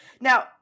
Now